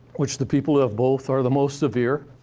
which the people who have both are the most severe.